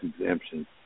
exemption